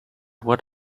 what